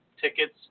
tickets